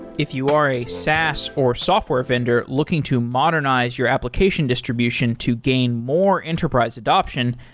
if you are a saas or software vendor looking to modernize your application distribution to gain more enterprise adoption,